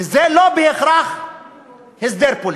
וזה לא בהכרח הסדר פוליטי.